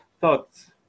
thoughts